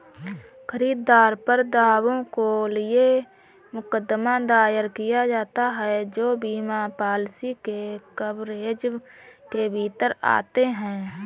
खरीदार पर दावों के लिए मुकदमा दायर किया जाता है जो बीमा पॉलिसी के कवरेज के भीतर आते हैं